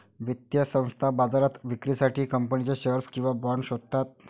वित्तीय संस्था बाजारात विक्रीसाठी कंपनीचे शेअर्स किंवा बाँड शोधतात